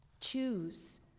Choose